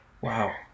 Wow